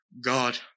God